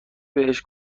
بهش